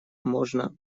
можно